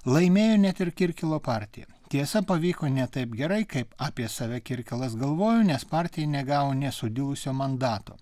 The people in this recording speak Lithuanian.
laimėjo net ir kirkilo partija tiesa pavyko ne taip gerai kaip apie save kirkilas galvojo nes partija negavo nė sudilusio mandato